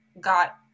got